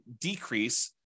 decrease